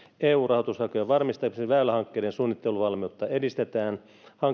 eu rahoitushakujen varmistamiseksi väylähankkeiden suunnitteluvalmiutta edistetään